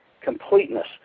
completeness